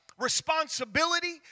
responsibility